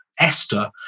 Esther